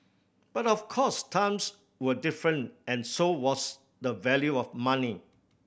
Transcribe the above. but of course times were different and so was the value of money